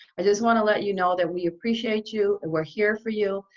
i just want to let you know that we appreciate you and we're here for you.